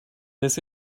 this